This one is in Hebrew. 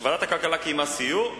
ועדת הכלכלה קיימה סיור,